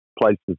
places